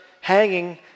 hanging